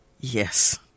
Yes